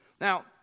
Now